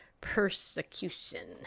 persecution